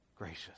gracious